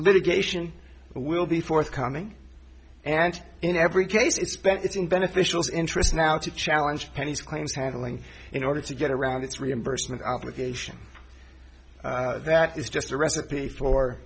litigation will be forthcoming and in every case it's spent it's in beneficials interest now to challenge penny's claims handling in order to get around its reimbursement obligation that is just a recipe for